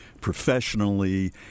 professionally